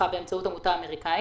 באמצעות עמותה אמריקאית,